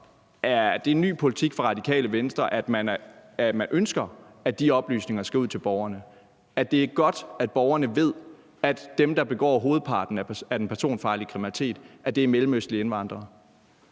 Så er det ny politik fra Radikale Venstre, at man ønsker, at de oplysninger skal ud til borgerne, og at det er godt, at borgerne ved, at dem, der begår hovedparten af den personfarlige kriminalitet, er mellemøstlige indvandrere?